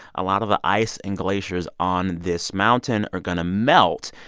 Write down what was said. a lot of the ice and glaciers on this mountain are going to melt.